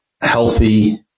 healthy